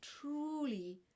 truly